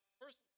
first